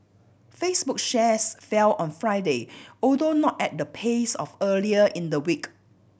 Facebook shares fell on Friday although not at the pace of earlier in the week